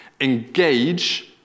engage